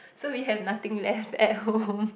so we have nothing left at home